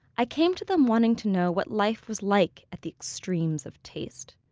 i came to them wanting to know what life was like at the extremes of taste.